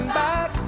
back